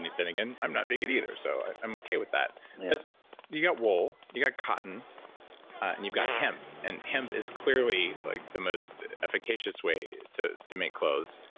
then again, i'm not vegan either. so i'm okay with that. but you got wool, you got cotton and you've got hemp. and hemp is clearly like the most efficacious way to to make clothes.